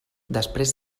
després